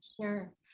sure